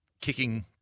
kicking